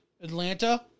Atlanta